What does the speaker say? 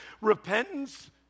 Repentance